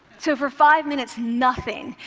so for five minutes, nothing,